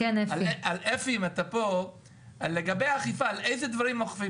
איזה דברים אוכפים?